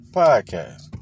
podcast